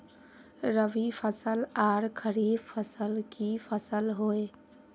रवि फसल आर खरीफ फसल की फसल होय?